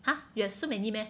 !huh! you have so many meh